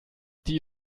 die